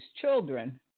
children